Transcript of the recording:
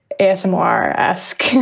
ASMR-esque